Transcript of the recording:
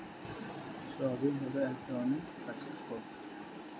soybean হল এক ধরনের গাছের ফল